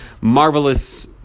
marvelous